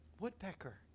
woodpecker